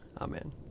Amen